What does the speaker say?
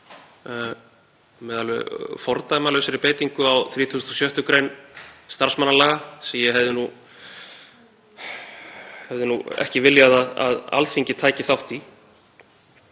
með alveg fordæmalausri beitingu á 36. gr. starfsmannalaga sem ég hefði nú ekki viljað að Alþingi tæki þátt í.